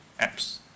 apps